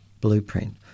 blueprint